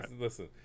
Listen